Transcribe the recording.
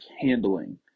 handling